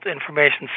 information